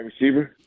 receiver